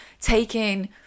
taking